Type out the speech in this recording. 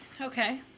Okay